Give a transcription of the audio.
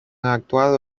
actuado